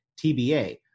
TBA